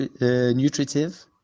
nutritive